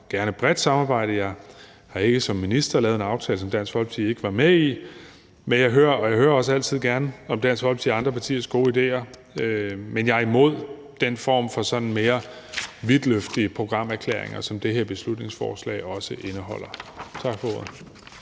gerne bredt samarbejde, og jeg har ikke som minister lavet en aftale, som Dansk Folkeparti ikke var med i, og jeg hører også altid gerne Dansk Folkepartis og andre partiers gode idéer, men jeg er imod den form for mere vidtløftige programerklæringer, som det her beslutningsforslag også indeholder. Tak for ordet.